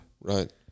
Right